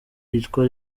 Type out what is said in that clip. yitwa